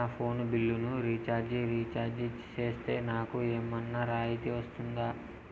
నా ఫోను బిల్లును recharge recharge సేస్తే, నాకు ఏమన్నా రాయితీ వస్తుందా?